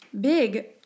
big